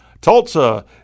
Tulsa